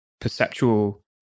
perceptual